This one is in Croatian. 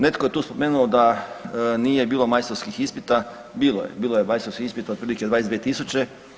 Netko je tu spomenuo da nije bilo majstorskih ispita, bilo je, bilo je majstorskih ispita otprilike 22.000.